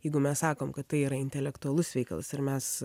jeigu mes sakom kad tai yra intelektualus veikalas ir mes